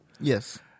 Yes